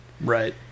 Right